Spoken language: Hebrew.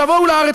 תבואו לארץ.